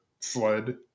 Sled